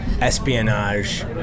Espionage